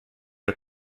are